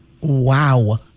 Wow